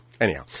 anyhow